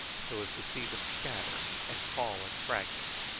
so as to see them shatter and fall in fragments.